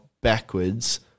backwards